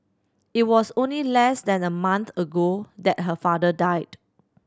it was only less than a month ago that her father died